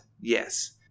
yes